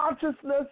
consciousness